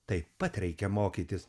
taip pat reikia mokytis